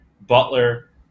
Butler